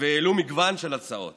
והעלו מגוון של הצעות.